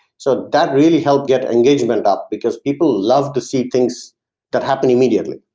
so that really helped get engagement up because people love to see things that happened immediately.